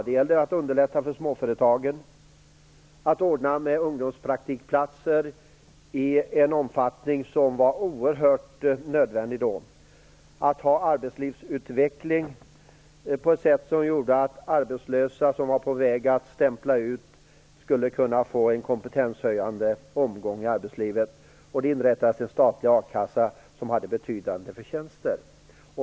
Det gällde underlättandet för småföretagen, införandet av ungdomspraktikplatser i en då oerhört nödvändig utsträckning och genomförande av arbetslivsutveckling på ett sätt som innebar att arbetslösa som var på väg att bli utstämplade fick en kompetenshöjning i arbetslivet. Det inrättades också en statlig a-kassa, som hade betydande förtjänster.